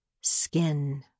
Skin